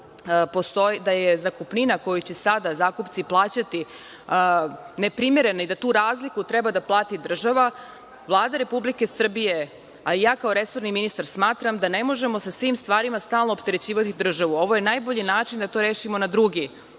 da je zakupnina koju će sada zakupci plaćati neprimerena i da tu razliku treba da plati država, Vlada Republike Srbije, a i ja kao resorni ministar, smatramo da ne možemo sa svim stvarima stalno opterećivati državu. Ovo je najbolji način da to rešimo na drugi,